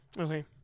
Okay